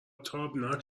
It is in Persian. تابناک